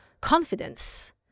confidence